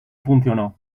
funcionó